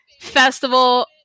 festival